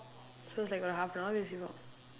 so it's like ஒரு:oru half an hour பேசிருக்கிறோம்:peesirukkiroom